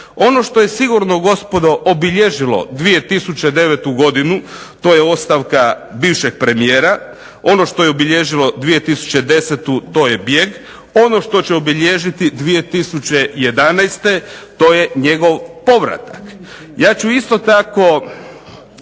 Ono što je sigurno gospodo obilježilo 2009. godinu to je ostavka bivšeg premijera. Ono što je obilježilo 2010. to je bijeg. Ono što će obilježiti 2011. to je njegov povratak. Ja ću isto tako